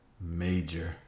major